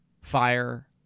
fire